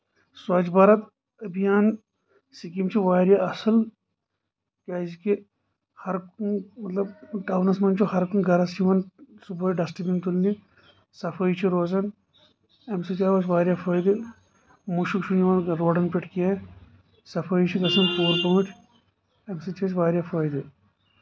سۄچھ Bharat Abhiyan scheme چھےٚ واریاہ اَصٕل کیٚازِ کہِ ہَر کُنہِ مطلب ٹاونَس منٛز چھُ ہَر کُنہِ گرس یِوان صبُحے ڈسٹبیٖن تُلنہِ صفٲیی چھ روزان اَمہِ سۭتۍ آو اَسہِ واریاہ فٲیدٕ مُشٕک چھُ نہٕ یِوان روڈن پٮ۪ٹھ کیٚنٛہہ صفٲیی چھِ گژھان پوٗرٕ پٲٹھۍ اَمہِ سۭتۍ چھُ اَسہِ واریاہ فٲیدٕ